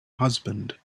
husband